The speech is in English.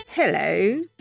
Hello